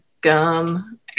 gum